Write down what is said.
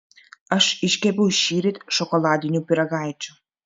aš iškepiau šįryt šokoladinių pyragaičių